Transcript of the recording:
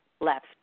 left